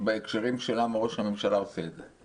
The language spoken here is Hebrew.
בהקשרים של למה ראש הממשלה עושה את זה.